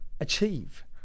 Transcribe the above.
achieve